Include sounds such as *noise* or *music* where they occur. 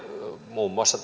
muun muassa *unintelligible*